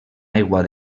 aigua